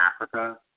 Africa